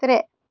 ترٛےٚ